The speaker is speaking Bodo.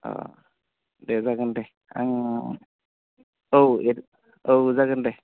दे जागोन दे आं औ औ जागोन दे